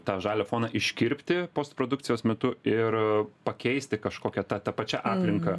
tą žalią foną iškirpti postprodukcijos metu ir pakeisti kažkokia ta pačia aplinka